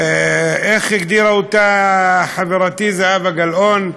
איך הגדירה אותה חברתי זהבה גלאון?